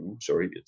Sorry